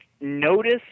notice